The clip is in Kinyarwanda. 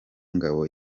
ingabo